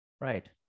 Right